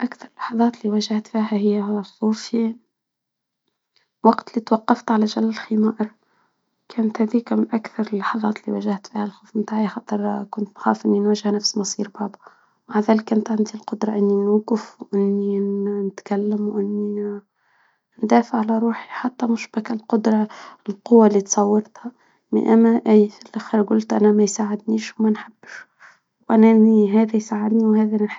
أكثر اللحظات اللي واجهت فيها إياها خوفي وقت اللي توقفت عشان الخمار، كانت هذيك من أكثر اللحظات اللي واجهت فيها الخوف بتاعي، خاطر كنت نخاف إني نواجه نفس مصير بابا، مع ذلك، اكانت عندي القدرة إني نجف<> نتكلم<> و إني ندافع على روحي، حتي مش بكي القدرة والقوة اللي تصورتها، أنا ني في الآخر قلت أنا ما يساعدنيش وما نحبش هذا، و أنا ني هذا يساعدني وهذا نحبه.